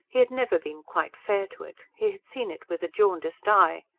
he had never been quite fair to it he had seen it with a jaundiced eye.